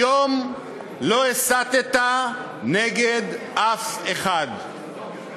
היום, לא הסתָּ נגד אף אחד.